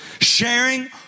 Sharing